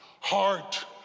heart